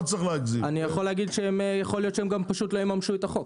להגיד שיכול להיות שהן גם לא יממשו את החוק.